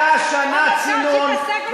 היתה שנה צינון,